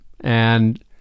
and-